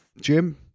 Jim